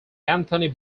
anthony